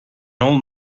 old